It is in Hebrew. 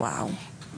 וואו.